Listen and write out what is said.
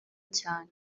cyane